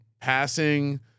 passing